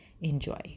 enjoy